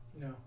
No